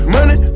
Money